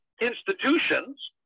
institutions